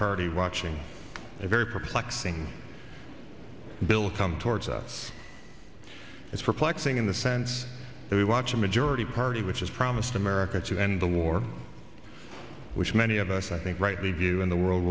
party watching a very perplexing bill come towards us it's perplexing in the sense that we watch a majority party which is promised america to end the war which many of us i think rightly view in the world